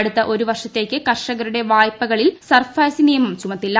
അടുത്ത ഒരു വർഷത്തേയ്ക്ക് കർഷകരുടെ വായ്ഭപകളിൽ സർഫാസി നിയമം ചുമത്തില്ല